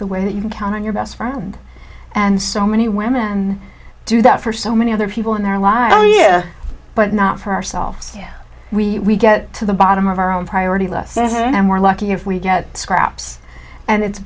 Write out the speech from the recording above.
the way that you can count on your best friend and so many women do that for so many other people in their lives but not for ourselves we get to the bottom of our own priority list and we're lucky if we get scraps and it's